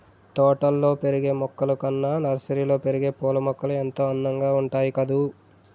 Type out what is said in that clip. తోటల్లో పెరిగే మొక్కలు కన్నా నర్సరీలో పెరిగే పూలమొక్కలు ఎంతో అందంగా ఉంటాయి కదూ